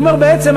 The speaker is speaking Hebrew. הוא אומר: בעצם,